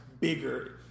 bigger